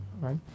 right